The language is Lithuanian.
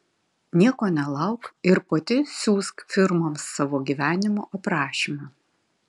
nieko nelauk ir pati siųsk firmoms savo gyvenimo aprašymą